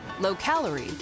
low-calorie